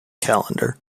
calendar